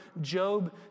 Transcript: Job